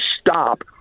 stop